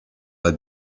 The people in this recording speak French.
pas